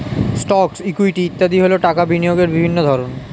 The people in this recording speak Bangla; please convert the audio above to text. স্টকস, ইকুইটি ইত্যাদি হল টাকা বিনিয়োগের বিভিন্ন ধরন